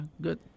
good